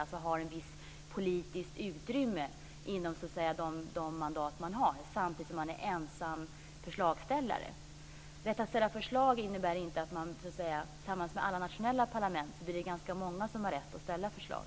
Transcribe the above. Man har alltså ett visst politiskt utrymme inom det mandat man har samtidigt som man är ensam förslagsställare. Tillsammans med alla nationella parlament blir det ganska många som har rätt att lägga fram förslag.